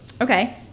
Okay